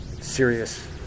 serious